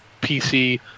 PC